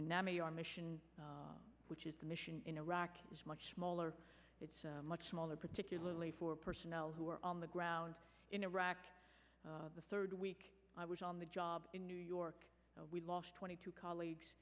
menominee our mission which is the mission in iraq is much smaller it's much smaller particularly for personnel who are on the ground in iraq the third week i was on the job in new york we lost twenty two colleagues